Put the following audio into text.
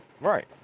Right